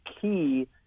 key